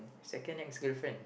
second ex girlfriend